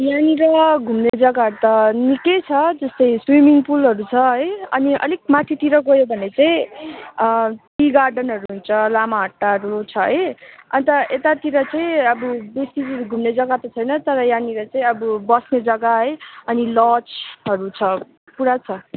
यहाँनिर घुम्ने जग्गाहरू त निकै छ जस्तै स्विमिङ पुलहरू छ है अनि अलिक माथितिर गयो भने चाहिँ टी गार्डनहरू हुन्छ लामाहट्टाहरू छ है अन्त यतातिर चाहिँ अब बेसी घुम्ने जग्गा त छैन तर यहाँनिर चाहिँ अब बस्ने जग्गा है अनि लजहरू छ पुरा छ